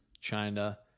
China